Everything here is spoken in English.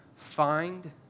find